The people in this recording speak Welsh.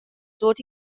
dod